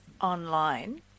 online